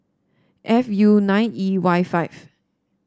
F U nine E Y five